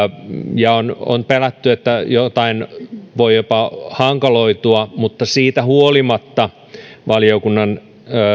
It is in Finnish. ja on on pelätty että jotain voi jopa hankaloitua mutta siitä huolimatta valiokunnan